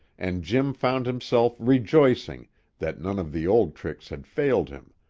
and jim found himself rejoicing that none of the old tricks had failed him,